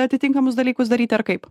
atitinkamus dalykus daryti ar kaip